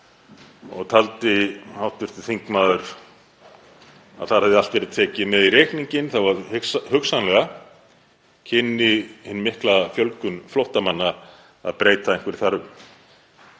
og taldi hv. þingmaður að þar hefði allt verið tekið með í reikninginn þó að hugsanlega kynni hin mikla fjölgun flóttamanna að breyta einhverju þar um.